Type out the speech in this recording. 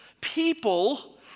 People